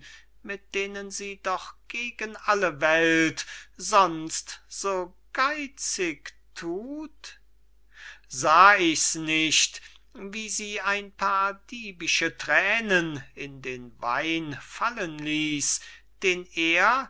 mit denen sie doch gegen alle welt sonst so geitzig thut sah ich's nicht wie sie ein paar diebische thränen in den wein fallen ließ den er